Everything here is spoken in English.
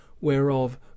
whereof